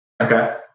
Okay